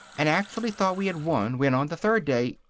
and actually thought we had won when on the third day.